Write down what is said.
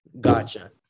gotcha